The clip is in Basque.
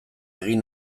egin